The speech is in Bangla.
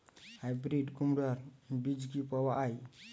হাইব্রিড কুমড়ার বীজ কি পাওয়া য়ায়?